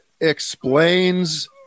explains